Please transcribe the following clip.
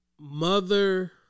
mother